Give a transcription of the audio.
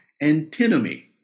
Antinomy